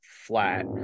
flat